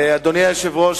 אדוני היושב-ראש,